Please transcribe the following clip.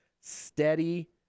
Steady